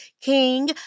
King